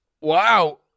Wow